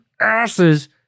asses